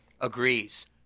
agrees